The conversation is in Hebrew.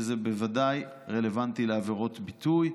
וזה בוודאי רלוונטי לעבירות ביטוי.